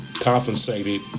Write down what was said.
compensated